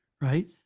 right